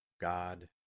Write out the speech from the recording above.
God